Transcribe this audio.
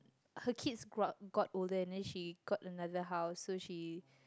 her kids gr~ got older and then she got another house so she